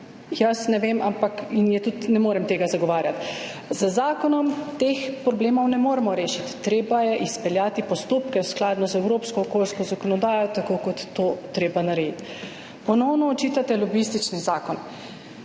jaz ne vem in tudi ne morem tega zagovarjati. Z zakonom teh problemov ne moremo rešiti. Treba je izpeljati postopke skladno z evropsko okoljsko zakonodajo, tako kot je to treba narediti. Ponovno očitate lobističen zakon.